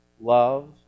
love